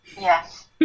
Yes